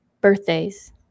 birthdays